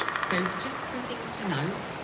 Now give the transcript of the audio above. so, just some things to note